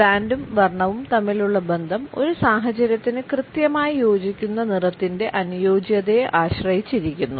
ബ്രാൻഡും വർണ്ണവും തമ്മിലുള്ള ബന്ധം ഒരു സാഹചര്യത്തിന് കൃത്യമായി യോജിക്കുന്ന നിറത്തിന്റെ അനുയോജ്യതയെ ആശ്രയിച്ചിരിക്കുന്നു